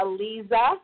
Aliza